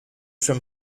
from